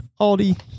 Aldi